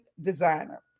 designer